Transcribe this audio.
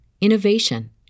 innovation